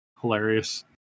hilarious